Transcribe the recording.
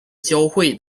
交会